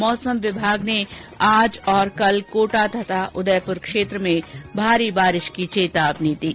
मौसम विभाग ने आज और कल कोटा तथा उदयपुर जिलों में भारी बारिश की चेतावनी दी है